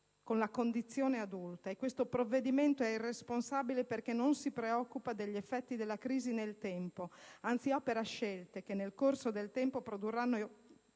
con la condizione adulta: questo provvedimento è irresponsabile perché non si preoccupa degli effetti futuri della crisi, anzi opera scelte che, nel corso del tempo, produrranno